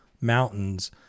mountains